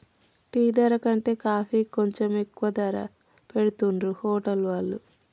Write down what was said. tea ధర కంటే కాఫీకి కొంచెం ఎక్కువ ధర పెట్టుతున్నరు హోటల్ వాళ్ళు